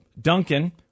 duncan